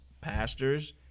pastors